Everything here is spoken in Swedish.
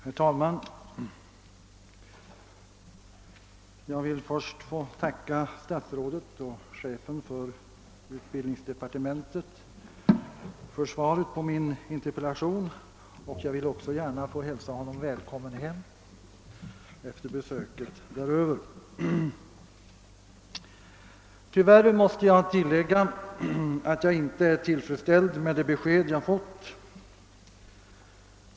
Herr talman! Jag vill först tacka statsrådet och chefen för utbildningsdepartementet för svaret på min interpellation, och jag vill också gärna hälsa statsrådet välkommen hem efter besöket i USA. Tyvärr måste jag säga att jag inte är tillfredsställd med det besked jag fått.